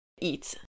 eat